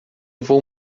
vou